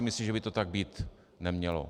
Myslím si, že by to tak být nemělo.